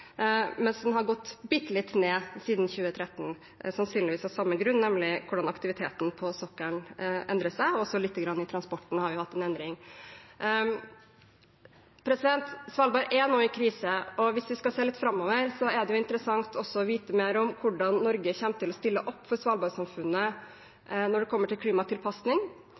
mens den har gått bitte litt ned siden 2013, sannsynligvis av samme grunn, nemlig hvordan aktiviteten på sokkelen endrer seg, og så har vi hatt en liten endring i transporten. Svalbard er nå i krise, og hvis vi skal se litt framover, er det interessant også å vite mer om hvordan Norge kommer til å stille opp for Svalbard-samfunnet når det kommer til klimatilpasning.